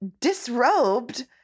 disrobed